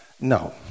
No